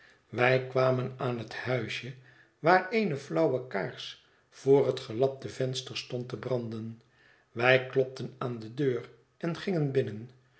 wij kwamen aan het huisje waar eene flauwe kaars voor het gelapte venster stond te branden wij klopten aan de deur en gingen binnen